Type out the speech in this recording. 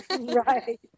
Right